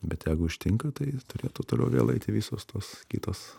bet jeigu ištinka tai turėtų toliau vėl eiti visos tos kitos